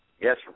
Yes